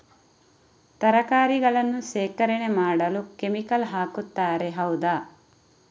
ತರಕಾರಿಗಳನ್ನು ಶೇಖರಣೆ ಮಾಡಲು ಕೆಮಿಕಲ್ ಹಾಕುತಾರೆ ಹೌದ?